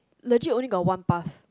legit only got one path